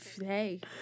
hey